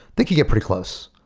they could get pretty close.